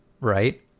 right